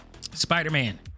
Spider-Man